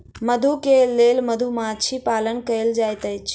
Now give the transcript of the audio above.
मधु के लेल मधुमाछी पालन कएल जाइत अछि